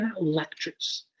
lectures